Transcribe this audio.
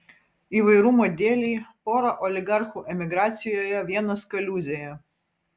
įvairumo dėlei pora oligarchų emigracijoje vienas kaliūzėje